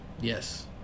yes